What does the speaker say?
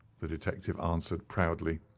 the detective answered proudly.